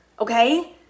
okay